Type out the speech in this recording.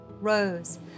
Rose